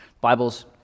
Bible's